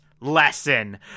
lesson